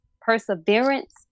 Perseverance